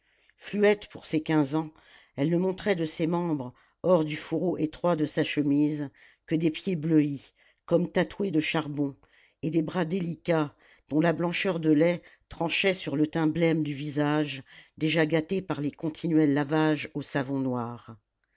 fluette pour ses quinze ans elle ne montrait de ses membres hors du fourreau étroit de sa chemise que des pieds bleuis comme tatoués de charbon et des bras délicats dont la blancheur de lait tranchait sur le teint blême du visage déjà gâté par les continuels lavages au savon noir